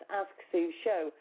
asksueshow